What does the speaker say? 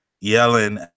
yelling